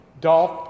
Dolph